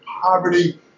poverty